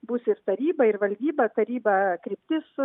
bus ir taryba ir valdyba taryba kryptis